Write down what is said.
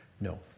No